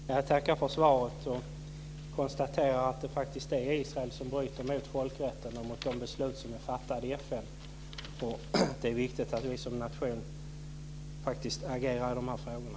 Fru talman! Jag tackar för svaret och konstaterar att det faktiskt är Israel som bryter mot folkrätten och mot de beslut som är fattade i FN. Det är viktigt att vi som nation faktiskt agerar i de här frågorna.